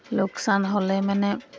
লোকচান হ'লে মানে